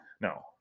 No